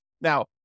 Now